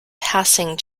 passing